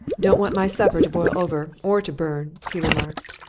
don't want my supper to boil over, or to burn, he remarked.